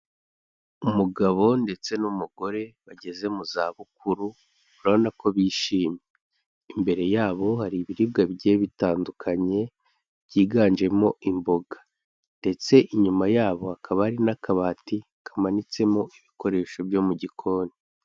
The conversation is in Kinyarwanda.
Umugabo ndetse n'umugore bageze mu zabukuru urabona ko bishimye, imbere yabo hari ibiribwa bigiye bitandukanye byiganjemo imboga ndetse inyuma yabo hakaba hari n'akabati kamanitsemo ibikoresho byo mu gikoni.